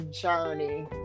journey